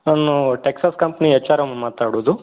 ನಾನೂ Texas company H R ಅಮ್ಮ ಮಾತಾಡೋದು